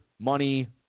money